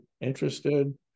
interested